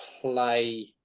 play